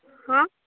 ହଁ